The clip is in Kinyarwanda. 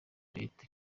leta